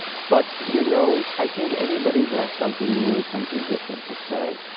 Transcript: but you know i think, anybody who has something new and something different to say